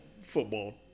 football